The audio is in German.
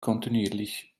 kontinuierlich